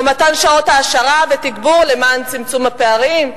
או מתן שעות העשרה ותגבור למען צמצום הפערים,